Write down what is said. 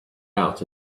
out